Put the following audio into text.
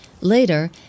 Later